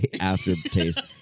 aftertaste